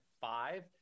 five